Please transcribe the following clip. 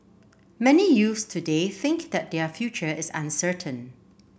many youths today think that their future is uncertain